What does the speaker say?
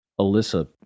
Alyssa